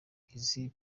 izi